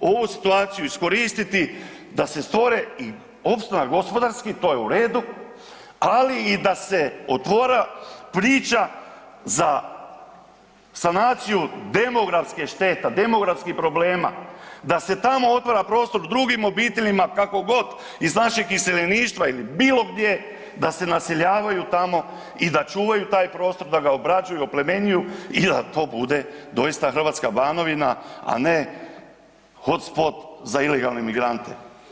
ovu situaciju iskoristiti da se stvore i opstanak gospodarski, to je u redu, ali i da se otvori priča za sanaciju demografskih šteta, demografskih problema, da se tamo otvara prostor drugim obiteljima kako god iz našeg iseljeništva ili bilo gdje da se naseljavaju tamo i da čuvaju taj prostor, da ga obrađuju i oplemenjuju i da to bude doista hrvatska Banovina, a ne hot spot za ilegalne migrante.